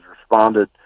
responded